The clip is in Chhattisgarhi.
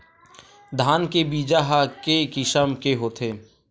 धान के बीजा ह के किसम के होथे?